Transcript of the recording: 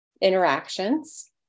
interactions